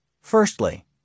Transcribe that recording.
Firstly